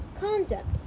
concept